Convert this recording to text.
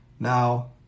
Now